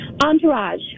Entourage